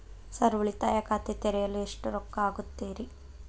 Sir ಉಳಿತಾಯ ಖಾತೆ ತೆರೆಯಲು ಎಷ್ಟು ರೊಕ್ಕಾ ಆಗುತ್ತೇರಿ?